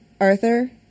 Arthur